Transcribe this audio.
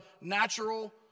natural